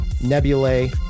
Nebulae